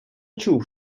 чув